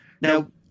Now